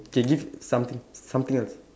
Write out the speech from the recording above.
K give something something else